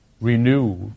renew